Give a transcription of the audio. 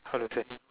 how to say